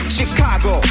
Chicago